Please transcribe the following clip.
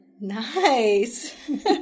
Nice